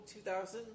2000